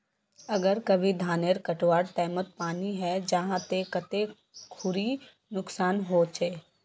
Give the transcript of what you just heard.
अगर कभी धानेर कटवार टैमोत पानी है जहा ते कते खुरी नुकसान होचए?